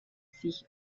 sich